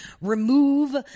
remove